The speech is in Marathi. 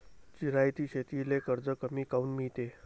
जिरायती शेतीले कर्ज कमी काऊन मिळते?